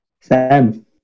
Sam